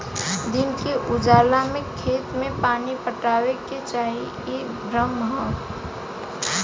दिन के उजाला में खेत में पानी पटावे के चाही इ भ्रम ह